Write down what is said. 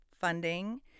funding